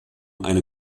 eine